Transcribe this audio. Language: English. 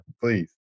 please